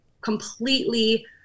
completely